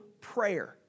prayer